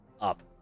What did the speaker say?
up